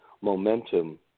momentum